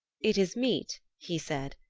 it is meet, he said,